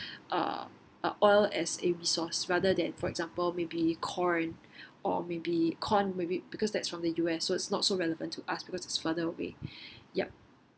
uh uh oil as a resource rather than for example maybe corn or maybe corn maybe because that's from the U_S so it is not so relevant to us because it is further away yup